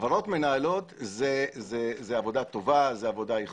חברות מנהלות זה עבודה טובה, זאת עבודה איכותית,